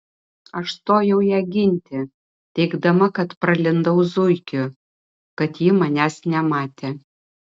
aš stojau ją ginti teigdama kad pralindau zuikiu kad jį manęs nematė